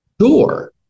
Sure